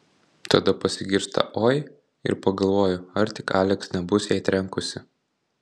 tada pasigirsta oi ir pagalvoju ar tik aleks nebus jai trenkusi